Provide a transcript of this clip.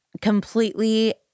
completely